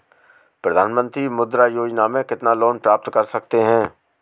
प्रधानमंत्री मुद्रा योजना में कितना लोंन प्राप्त कर सकते हैं?